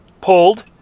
pulled